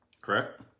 correct